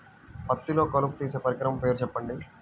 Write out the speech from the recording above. పత్తిలో కలుపు తీసే పరికరము పేరు చెప్పండి